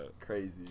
crazy